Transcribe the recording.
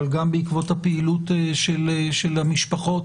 אבל גם בעקבות הפעילות של המשפחות